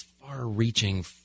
far-reaching